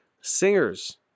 singer's